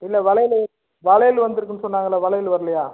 இல்லை வளையல் வளையல் வந்துருக்குதுன்னு சொன்னாங்களே வளையல் வரலயா